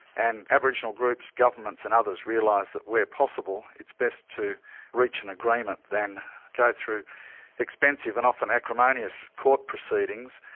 and aboriginal groups, governments and others realise that where possible, it's best to reach an agreement than go through expensive and often acrimonious court proceedings,